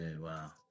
wow